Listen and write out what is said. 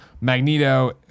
Magneto